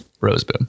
Roseboom